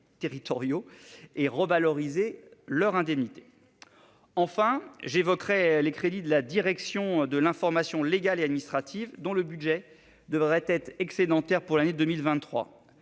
territoriaux et de revaloriser leur indemnité. Enfin, j'évoquerai les crédits de la direction de l'information légale et administrative (Dila), dont le budget devrait être excédentaire pour l'année 2023.